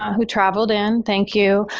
who traveled in, thank you,